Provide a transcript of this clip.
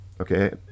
Okay